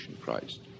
Christ